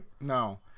No